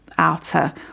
Outer